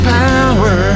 power